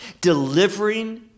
delivering